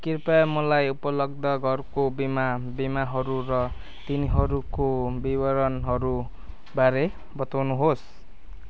कृपया मलाई उपलब्ध घरको बिमा बिमाहरू र तिनीहरूको विवरणहरूबारे बताउनुहोस्